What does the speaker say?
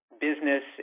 business